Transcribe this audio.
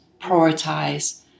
prioritize